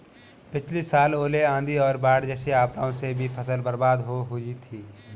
पिछली साल ओले, आंधी और बाढ़ जैसी आपदाओं से भी फसल बर्बाद हो हुई थी